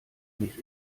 mich